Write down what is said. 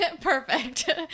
Perfect